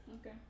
Okay